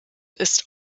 ist